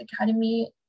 academy